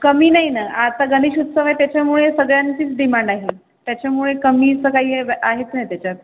कमी नाही ना आता गणेश उत्सव आहे त्याच्यामुळे सगळ्यांचीच डिमांड आहे त्याच्यामुळे कमीचं काही आहेच नाही त्याच्यात